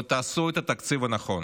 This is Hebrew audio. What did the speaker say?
ותעשו את התקציב הנכון.